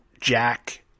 Jack